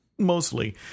mostly